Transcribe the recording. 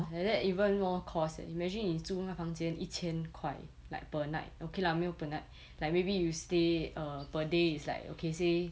!wah! like that even more cost leh imagine 你住那房间一千块 like per night okay lah 没有 per night like maybe you will stay err per day is like okay say